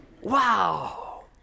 Wow